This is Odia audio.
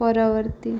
ପରବର୍ତ୍ତୀ